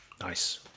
Nice